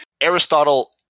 Aristotle